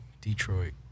Detroit